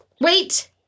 Wait